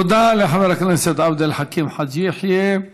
תודה לחבר הכנסת עבד אל חכים חאג' יחיא.